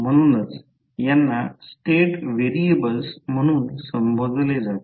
म्हणूनच यांना state variables म्हणून संबोधले जाते